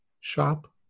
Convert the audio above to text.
shop